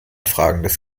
fragendes